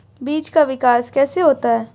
बीज का विकास कैसे होता है?